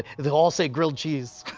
it'll all say grilled cheese.